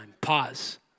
Pause